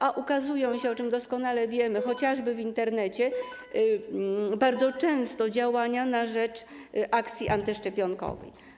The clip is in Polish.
A ukazują się, o czym doskonale wiemy, chociażby w Internecie, bardzo często działania na rzecz akcji antyszczepionkowej.